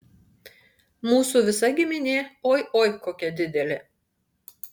mūsų visa giminė oi oi kokia didelė